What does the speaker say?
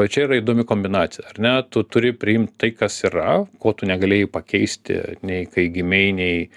va čia yra įdomi kombinacija ar ne tu turi priimt tai kas yra ko tu negalėjai pakeisti nei kai gimei nei